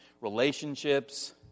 relationships